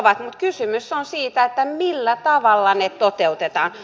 mutta kysymys on siitä millä tavalla ne toteutetaan